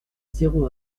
zéro